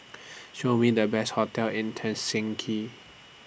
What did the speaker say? Show Me The Best hotels in